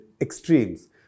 extremes